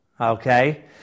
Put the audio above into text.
okay